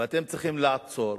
ואתם צריכים לעצור.